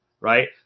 right